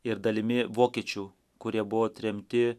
ir dalimi vokiečių kurie buvo tremti